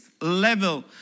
level